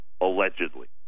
allegedly